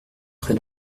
très